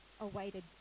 awaited